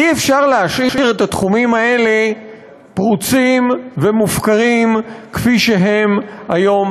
אי-אפשר להשאיר את התחומים האלה פרוצים ומופקרים כפי שהם היום,